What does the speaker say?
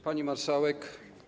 Pani Marszałek!